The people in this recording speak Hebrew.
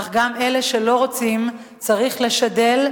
אך גם את אלה שלא רוצים צריך לשדל,